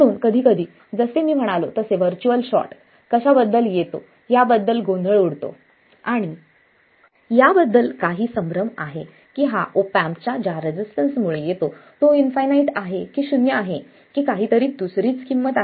म्हणून कधीकधी जसे मी म्हणालो तसे व्हर्च्युअल शॉर्ट कशाबद्दल येतो याबद्दल गोंधळ उडतो आणि याबद्दल काही संभ्रम आहे की हा ऑप एम्पच्या ज्या रेसिस्टन्स मुळे येतो तो इंफाइनाईट आहे की शून्य आहे की काहीतरी दुसरीच किंमत आहे